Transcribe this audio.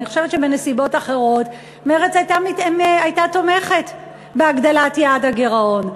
אני חושבת שבנסיבות אחרות מרצ הייתה תומכת בהגדלת יעד הגירעון,